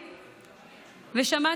סיני,